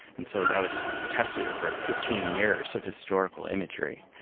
and so that was tested over fifteen years of historical imagery.